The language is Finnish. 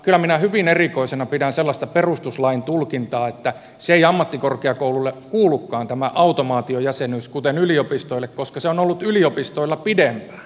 kyllä minä hyvin erikoisena pidän sellaista perustuslain tulkintaa että tämä automaatiojäsenyys ei ammattikorkeakouluille kuulukaan kuten yliopistoille koska se on ollut yliopistoilla pidempään